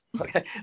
Okay